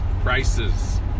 prices